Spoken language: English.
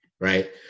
right